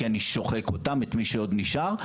כי אני שוחק את מי שעוד נשאר,